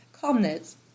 calmness